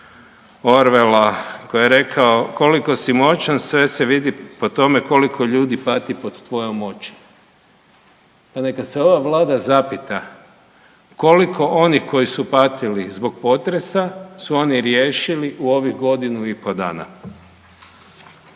Orwella koji je rekao koliko si moćan sve se vidi po tome koliko ljudi pati pod tvojom moći. Pa neka se ova vlada zapita koliko oni koji su patili zbog potresa su oni riješili u ovih godinu i po dana?